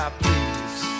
please